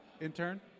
intern